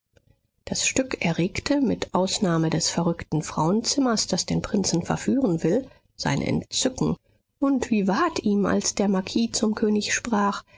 das stück erregte mit ausnahme des verrückten frauenzimmers das den prinzen verführen will sein entzücken und wie ward ihm als der marquis zum könig sprach